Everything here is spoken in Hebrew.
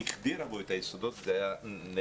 והחדירה בו את היסודות וזה היה נהדר.